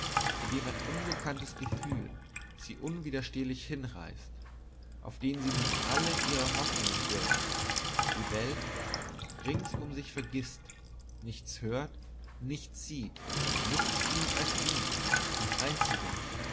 zu dem ein unbekanntes gefühl sie unwiderstehlich hinreißt auf den sie nun alle ihre hoffnungen wirft die welt rings um sich vergißt nichts hört nichts sieht nichts fühlt als ihn den einzigen